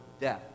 death